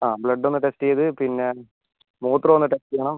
അതെ ബ്ലഡൊന്ന് ടെസ്റ്റ് ചെയ്ത് പിന്നെ മൂത്രം ഒന്ന് ടെസ്റ്റെയ്യണം